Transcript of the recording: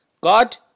God